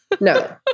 No